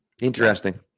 Interesting